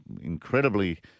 incredibly